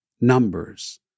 numbers